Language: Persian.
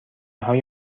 های